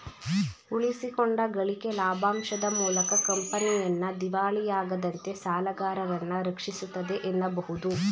ಉಳಿಸಿಕೊಂಡ ಗಳಿಕೆ ಲಾಭಾಂಶದ ಮೂಲಕ ಕಂಪನಿಯನ್ನ ದಿವಾಳಿಯಾಗದಂತೆ ಸಾಲಗಾರರನ್ನ ರಕ್ಷಿಸುತ್ತೆ ಎನ್ನಬಹುದು